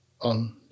on